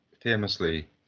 famously